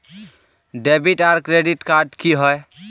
Debit आर credit card की होय?